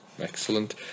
Excellent